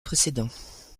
précédents